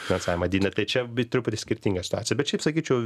finansavimą didina tai čia bi truputį skirtinga situacija bet šiaip sakyčiau